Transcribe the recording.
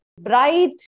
bright